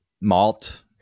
Malt